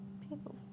People